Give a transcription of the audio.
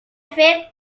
fred